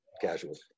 casual